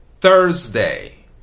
Thursday